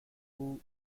who